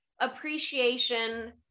appreciation